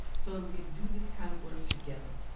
so we can do this kind of work together.